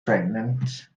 pregnant